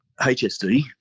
HSD